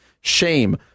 shame